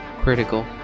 Critical